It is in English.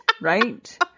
right